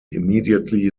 immediately